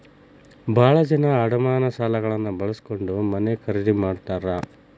ಭಾಳ ಜನ ಅಡಮಾನ ಸಾಲಗಳನ್ನ ಬಳಸ್ಕೊಂಡ್ ಮನೆ ಖರೇದಿ ಮಾಡ್ತಾರಾ